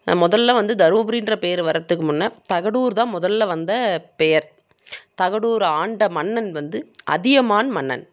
முதல்ல வந்து தருமபுரின்ற பேர் வரத்துக்கு முன்னே தகடூர் தான் முதல்ல வந்த பெயர் தகடூர் ஆண்ட மன்னன் வந்து அதியமான் மன்னன்